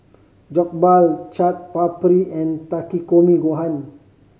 Jokbal Chaat Papri and Takikomi Gohan